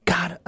God